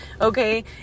okay